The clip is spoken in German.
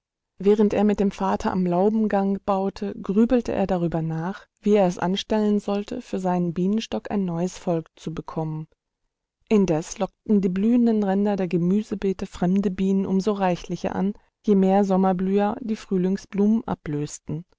während er mit dem vater am laubengang baute grübelte er darüber nach wie er es anstellen sollte für seinen bienenstock ein neues volk zu bekommen indes lockten die blühenden ränder der gemüsebeete fremde bienen um so reichlicher an je mehr sommerblüher die frühlingsblumen ablösten